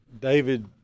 david